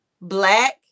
Black